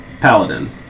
paladin